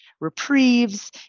reprieves